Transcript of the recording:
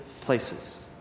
places